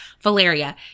Valeria